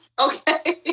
okay